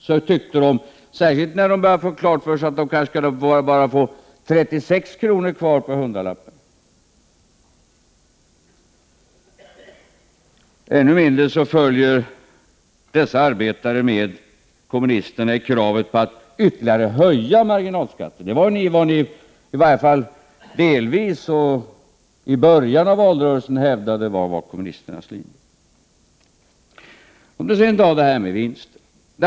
Detta tyckte de — särskilt när de började få klart för sig att de kanske bara skulle få 36 kr. kvar av hundralappen. Ännu mindre följer dessa arbetare med kommunisterna i kravet på att ytterligare höja marginalskatterna. Det var ju vad ni i varje fall delvis och i början av valrörelsen hävdade var kommunisternas linje. Låt mig sedan ta detta med vinsterna.